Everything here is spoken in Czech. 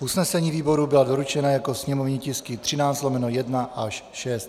Usnesení výboru byla doručena jako sněmovní tisky 13/1 až 6.